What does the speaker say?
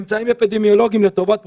ממצאים אפידמיולוגיים, לטובת פרופ'